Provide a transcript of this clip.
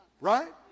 Right